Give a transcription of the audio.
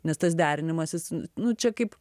nes tas derinimasis nu čia kaip